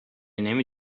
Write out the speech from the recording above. نمی